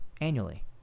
annually